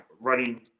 running